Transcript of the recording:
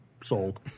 sold